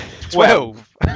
Twelve